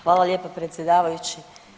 Hvala lijepa predsjedavajući.